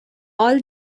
all